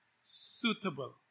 suitable